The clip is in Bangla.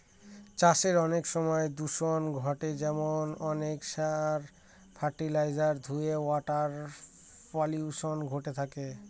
চাষে অনেক সময় দূষন ঘটে যেমন অনেক সার, ফার্টিলাইজার ধূয়ে ওয়াটার পলিউশন ঘটে থাকে